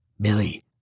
Billy